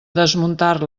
desmuntar